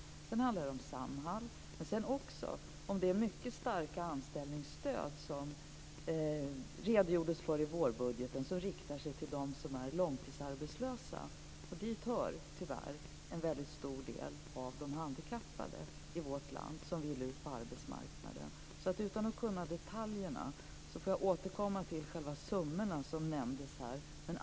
Det handlar om Samhall och också om det mycket starka anställningsstöd som det redogjordes för i vårbudgeten och som riktar sig till de som är långtidsarbetslösa. Dit hör, tyvärr, en stor del av de handikappade i vårt land som vill ut på arbetsmarknaden. Eftersom jag inte kan alla detaljerna får jag återkomma till summorna som nämndes här.